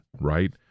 right